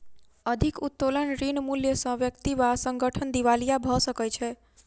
अधिक उत्तोलन ऋण मूल्य सॅ व्यक्ति वा संगठन दिवालिया भ सकै छै